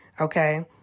okay